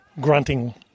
grunting